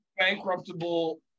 bankruptable